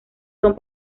son